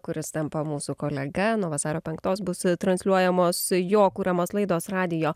kuris tampa mūsų kolega nuo vasario penktos bus transliuojamos jo kuriamos laidos radijo